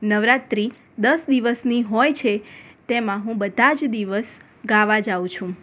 નવરાત્રિ દસ દિવસની હોય છે તેમાં હું બધા જ દિવસ ગાવા જાઉં છું